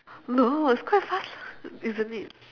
no it's quite fast lah isn't it